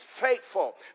faithful